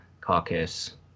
caucus